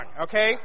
okay